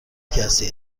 کسی